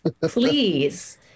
Please